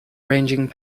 ranging